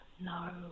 no